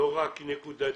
לא רק נקודתית.